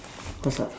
what's up